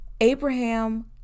Abraham